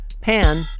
pan